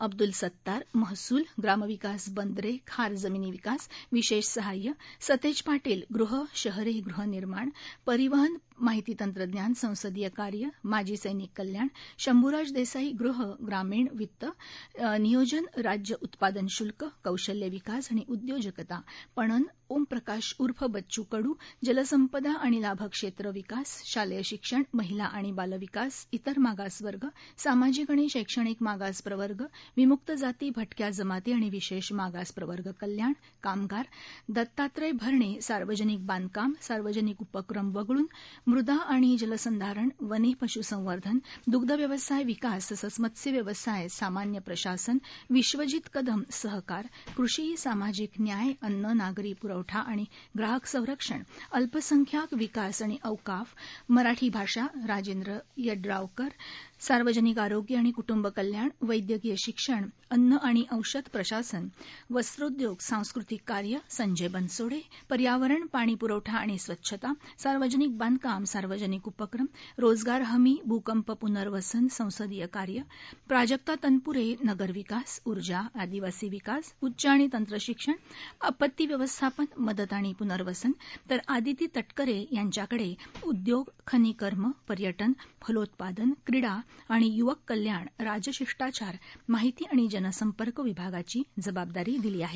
अब्दुल सतार महसूल ग्रामविकास बंदरे खार जमिनी विकास विशेष सहाय्य सतेज पाटील ग़हशहरे ग़हनिर्माण परिवहन माहिती तंत्रज्ञान संसदीय कार्य माजी समिक कल्याण शंभ्राज देसाई गृह ग्रामीण वित नियोजन राज्य उत्पादन शुल्क कौशल्य विकास आणि उद्योजकता पणन ओमप्रकाश उर्फ बच्चू कडू जलसंपदा आणि लाभक्षेत्र विकास शालेय शिक्षण महिला आणि बालविकास इतर मागासवर्ग सामाजिक आणि शक्षणिक मागास प्रवर्ग विम्क्त जाती भटक्या जमाती आणि विशेष मागास प्रवर्ग कल्याण कामगार दत्तात्रय भरणे सार्वजनिक बांधकाम सार्वजनिक उपक्रम वगळून मृदा आणि जलसंधारण वने पश्संवर्धन द्ग्धव्यवसाय विकास तसंच मत्स्यव्यवसाय सामान्य प्रशासन विश्वजीत कदम सहकार कृषी सामाजिक न्याय अन्न नागरी प्रवठा आणि ग्राहक संरक्षण अल्पसंख्यांक विकास आणि औकाफ मराठी भाषा राजेंद्र यड्रावकर सार्वजनिक आरोग्य आणि क्टुंब कल्याण वव्व्यकीय शिक्षण अन्न आणि औषध प्रशासन वस्त्रोद्योग सांस्कृतिक कार्य संजय बनसोडे पर्यावरण पाणी प्रवठा आणि स्वच्छता सार्वजनिक बांधकाम सार्वजनिक उपक्रम रोजगार हमी भूकंप प्नर्वसन संसदीय कार्य प्राजक्त तनप्रे नगर विकास उर्जा आदिवासी विकास उच्च आणि तंत्र शिक्षण आपती व्यवस्थापन मदत आणि प्नर्वसन तर आदिती तटकरे यांच्याकडे उद्योग खनिकर्म पर्यटन फलोत्पादन क्रिडा आणि य्वक कल्याण राजशिष्टाचार माहिती आणि जनसंपर्क विभागाची जबाबदारी दिली आहे